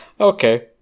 Okay